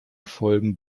folgen